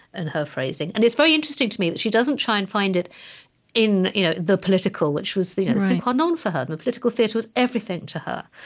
and her phrasing. and it's very interesting to me that she doesn't try and find it in you know the political which was the sine qua non for her. and the political theater was everything to her.